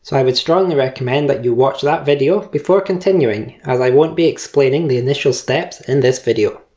so i would strongly recommend that you watch that video before continuing as i won't be explaining the initial steps in this video.